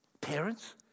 Parents